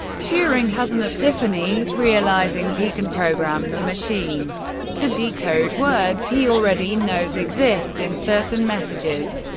turing has an epiphany, realising he can program the machine to decode words he already knows exist in certain messages.